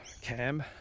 cam